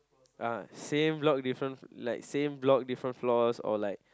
ah same block different like same block different floors or like